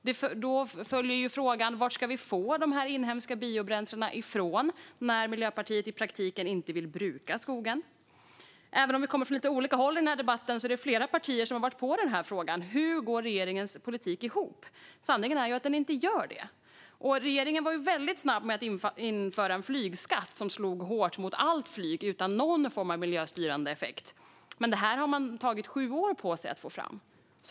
Då följer ju frågan var vi ska få dessa inhemska biobränslen ifrån, när Miljöpartiet i praktiken inte vill bruka skogen. Även om vi kommer från lite olika håll i den här debatten är det flera partier som har varit på den här frågan. Hur går regeringens politik ihop? Sanningen är att den inte gör det. Regeringen var väldigt snabb med att införa en flygskatt som slog hårt mot allt flyg, utan någon form av miljöstyrande effekt, men det här har man tagit sju år på sig att få fram.